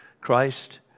Christ